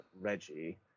Reggie